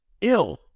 ill